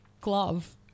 glove